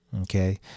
Okay